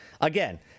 again